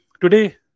today